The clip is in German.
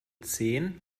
zehn